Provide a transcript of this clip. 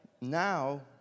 Now